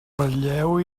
ratlleu